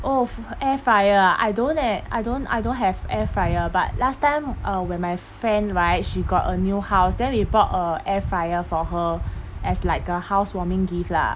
oh air fryer ah I don't leh I don't I don't have air fryer but last time uh when my friend right she got a new house then we bought a air fryer for her as like a housewarming gift lah